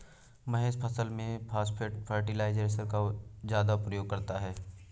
महेश फसल में phosphate fertiliser का ज्यादा प्रयोग करता है